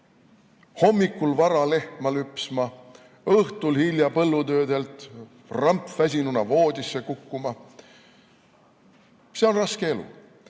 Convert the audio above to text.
hommikul vara lehma lüpsma, õhtul hilja põllutöödelt rampväsinuna voodisse kukkudes – see on raske elu.